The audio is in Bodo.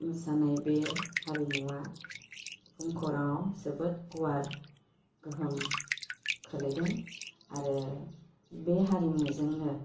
मोसानाय बे हारिमुवा भुमखौराङाव जोबोद गुवार गोहोम खोलैदों आरो बे हारिमुजोंनो